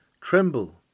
Tremble